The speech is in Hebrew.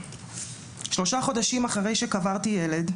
שלושה חודשים אחרי שקברתי ילד,